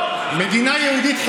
לא ענו על הצרכים של האוכלוסייה הערבית,